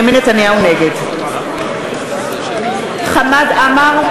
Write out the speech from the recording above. נגד חמד עמאר,